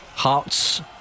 Hearts